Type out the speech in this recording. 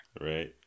Right